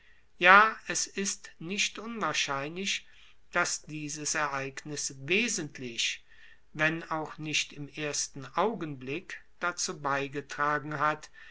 ja es ist nicht unwahrscheinlich dass dieses ereignis wesentlich wenn auch nicht im ersten augenblick dazu beigetragen hat